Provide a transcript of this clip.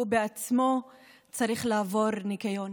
שהוא בעצמו צריך לעבור ניקיון,